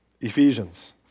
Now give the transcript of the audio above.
Ephesians